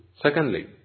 Secondly